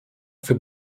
für